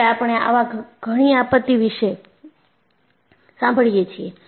હવે આપણે આવા ઘણી આપત્તિ વિશે સાંભળીએ છીએ